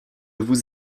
vous